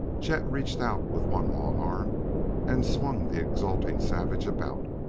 chet reached out with one long arm and swung the exulting savage about.